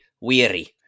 weary